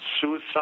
suicide